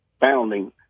founding